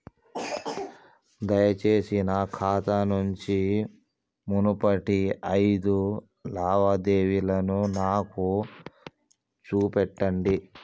దయచేసి నా ఖాతా నుంచి మునుపటి ఐదు లావాదేవీలను నాకు చూపెట్టండి